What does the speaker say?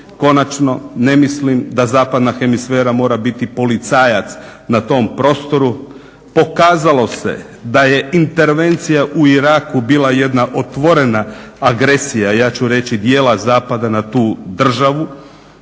Konačno, ne mislim da zapadna hemisfera mora biti policajac na tom prostoru. Pokazalo se da je intervencija u Iraku bila jedna otvorena agresija, ja ću reći dijela zapada, na tu državu